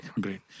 great